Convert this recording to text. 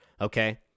Okay